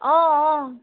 অঁ অঁ